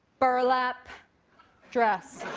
burlap dress.